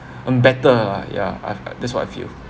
um better ya I've that's what I feel